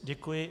Děkuji.